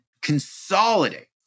consolidate